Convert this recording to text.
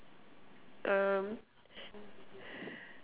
um